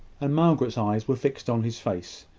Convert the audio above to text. and margaret's eyes were fixed on his face,